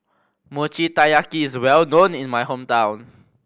Mochi Taiyaki is well known in my hometown